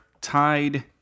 tied